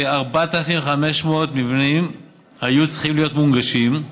כ-4,500 מבנים היו צריכים להיות מונגשים,